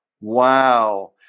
Wow